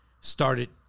started